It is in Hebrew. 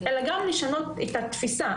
אלא גם לשנות את התפיסה.